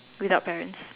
without parents